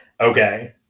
okay